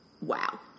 Wow